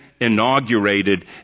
inaugurated